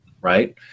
right